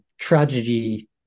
tragedy